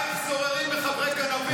"שריך סוררים וחברי גנבים".